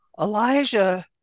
Elijah